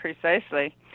precisely